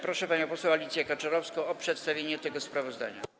Proszę panią poseł Alicję Kaczorowską o przedstawienie tego sprawozdania.